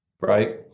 right